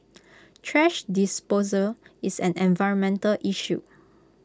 thrash disposal is an environmental issue